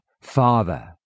Father